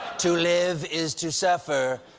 to live is to suffer.